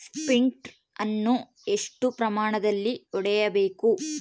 Sprint ಅನ್ನು ಎಷ್ಟು ಪ್ರಮಾಣದಲ್ಲಿ ಹೊಡೆಯಬೇಕು?